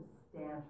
substantial